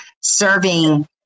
serving